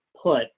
put